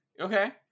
Okay